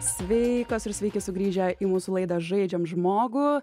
sveikos ir sveiki sugrįžę į mūsų laidą žaidžiam žmogų